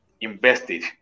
invested